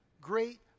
great